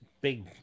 Big